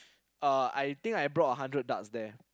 uh I think I brought a hundred darts there